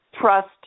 trust